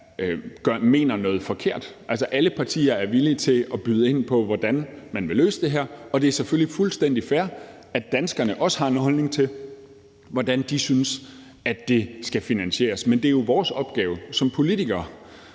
mener noget forkert. Altså, alle partier er villige til at byde ind på, hvordan man vil løse det her, og det er selvfølgelig fuldstændig fair, at danskerne også har en holdning til, hvordan de synes det skal finansieres. Men det er jo vores opgave som politikere